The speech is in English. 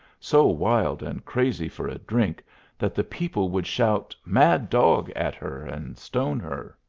so wild and crazy for a drink that the people would shout mad dog at her and stone her.